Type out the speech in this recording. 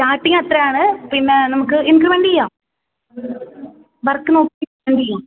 starting അത്രയാണ് പിന്നെ നമുക്ക് ഇൻക്രിമെന്റ് ചെയ്യാം വർക്ക് നോക്കിയിട്ട് ഇൻക്രിമെന്റ് ചെയ്യും